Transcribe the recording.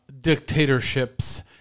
dictatorships